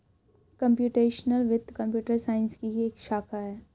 computational वित्त computer science की ही एक शाखा है